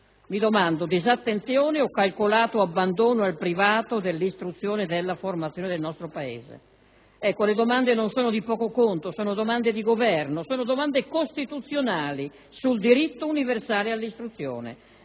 Mi domando: disattenzione o calcolato abbandono al privato dell'istruzione e della formazione del nostro Paese? Le domande non sono di poco conto, ma sono questioni di Governo, domande costituzionali sul diritto universale all'istruzione.